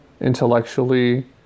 intellectually